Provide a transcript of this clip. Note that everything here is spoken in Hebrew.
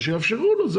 אז שיאפשרו לו.